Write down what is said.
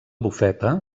bufeta